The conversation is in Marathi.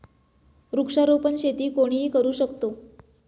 वृक्षारोपण शेती कोणीही करू शकतो